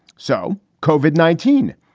so cauvin, nineteen,